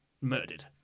murdered